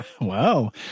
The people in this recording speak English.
Wow